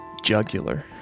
jugular